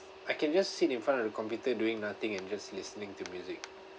I can just sit in front of the computer doing nothing and just listening to music